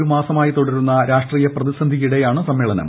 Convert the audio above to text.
ഒരു മാസമായി തുടരുന്ന രാഷ്ട്രീയ പ്രതിസന്ധിക്കിടെയാണ് സമ്മേളനം